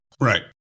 Right